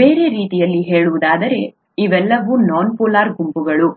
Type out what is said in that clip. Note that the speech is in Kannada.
ಬೇರೆ ರೀತಿಯಲ್ಲಿ ಹೇಳುವುದಾದರೆ ಇವೆಲ್ಲವೂ ನಾನ್ ಪೋಲಾರ್ ಗುಂಪುಗಳು